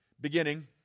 beginning